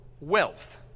wealth